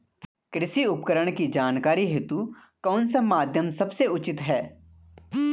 कृषि उपकरण की जानकारी हेतु कौन सा माध्यम सबसे उचित है?